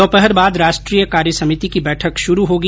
दोपहर बाद राष्ट्रीय कार्यसमिति की बैठक श्रू होगी